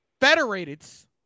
Federated's